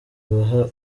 baha